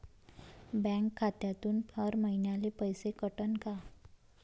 Bank खात्यातून हर महिन्याले पैसे कटन का?